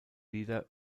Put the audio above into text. lieder